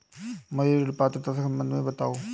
मुझे ऋण पात्रता के सम्बन्ध में बताओ?